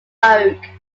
oak